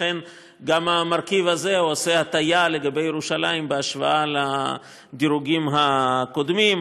ולכן גם המרכיב הזה עושה הטיה לגבי ירושלים בהשוואה לדירוגים הקודמים.